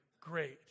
great